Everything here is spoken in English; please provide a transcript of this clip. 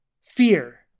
fear